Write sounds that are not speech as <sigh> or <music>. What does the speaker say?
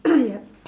<coughs> yup